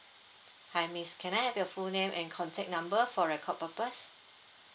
hi miss can I have your full name and contact number for record purpose